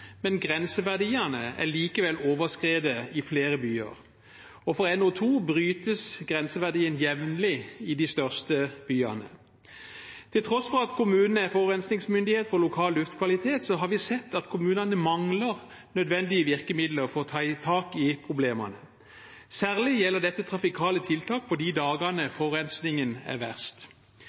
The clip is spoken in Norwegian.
men grenseverdiene er likevel overskredet i flere byer, og når det gjelder NO2, brytes grenseverdien jevnlig i de største byene. Til tross for at kommunene er forurensningsmyndighet for lokal luftkvalitet, har vi sett at kommunene mangler nødvendige virkemidler for å ta tak i problemene. Særlig gjelder dette trafikale tiltak på de dagene forurensningen er verst.